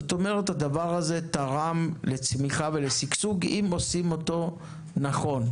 זאת אומרת שהדבר הזה תורם לצמיחה ולשגשוג אם עושים אותו נכון.